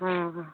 हँ हँ